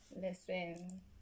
listen